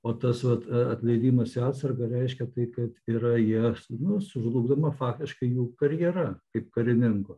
o tas vat atleidimas į atsargą reiškia tai kad yra jie nu sužlugdoma faktiškai jų karjera kaip karininkų